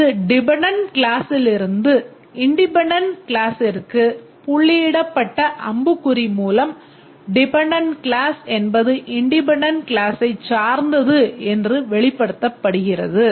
இது டிபெண்டென்ட் கிளாஸ்சிலிருந்து புள்ளியிடப்பட்ட அம்புக்குறி மூலம் டிபெண்டென்ட் கிளாஸ் என்பது இண்டிபெண்டென்ட் க்ளாஸைச் சார்ந்தது என்று வெளிப்படுத்தப்படுகிறது